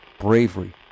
bravery